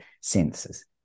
senses